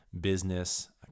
business